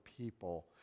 people